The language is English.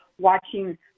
watching